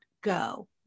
go